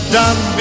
done